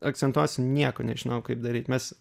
akcentuosim nieko nežinojom kaip daryt mes